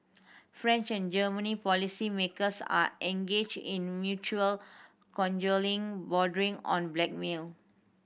French and German policymakers are engaged in mutual cajoling bordering on blackmail